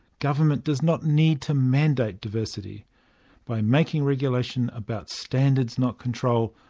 government does not need to mandate diversity by making regulation about standards not control,